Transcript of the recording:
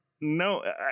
No